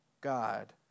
God